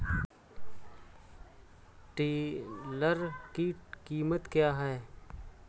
Tiller की कीमत क्या है?